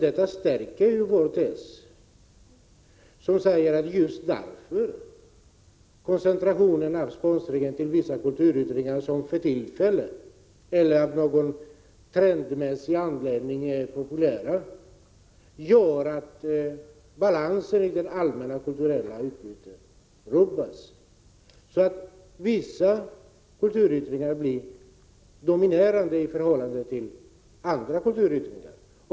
Det stärker vår tes som säger att koncentrationen av sponsringen till vissa kulturyttringar, som för tillfället eller av någon trendmässig anledning är populära, gör att balansen i det allmänna kulturutbytet rubbas, så att vissa 137 Prot. 1986/87:100 kulturyttringar blir dominerande i förhållande till andra.